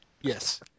yes